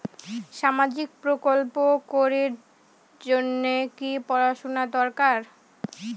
সামাজিক প্রকল্প করির জন্যে কি পড়াশুনা দরকার?